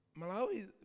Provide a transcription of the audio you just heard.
Malawi